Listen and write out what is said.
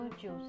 juice